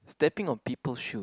stepping on people shoe